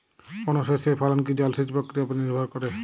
কোনো শস্যের ফলন কি জলসেচ প্রক্রিয়ার ওপর নির্ভর করে?